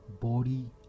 body